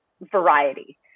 variety